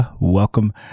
welcome